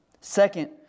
Second